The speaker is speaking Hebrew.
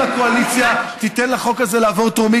אם הקואליציה תיתן לחוק הזה לעבור בטרומית,